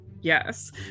Yes